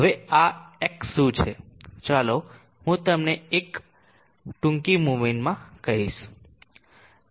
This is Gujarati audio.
હવે આ X શું છે ચાલો હું તમને ટૂંકી મૂવમેન્ટમાં કહીશ